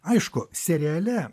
aišku seriale